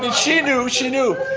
but she knew, she knew,